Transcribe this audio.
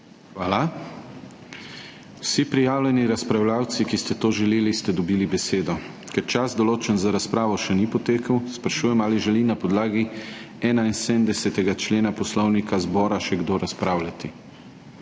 Hvala. Vsi prijavljeni razpravljavci, ki ste to želeli, ste dobili besedo. Ker čas, določen za razpravo, še ni potekel, sprašujem, ali želi na podlagi 71. člena Poslovnika Državnega zbora še kdo razpravljati.